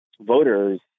voters